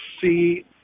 see